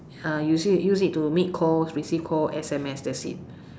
uh use it you use it to make calls receive call S_M_S that's it